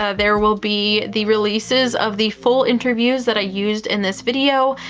ah there will be the releases of the full interviews that i used in this video.